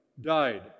died